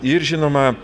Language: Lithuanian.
ir žinoma